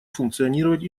функционировать